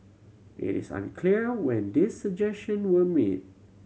it is unclear when these suggestion were made